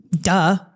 duh